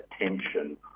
attention